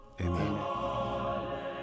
Amen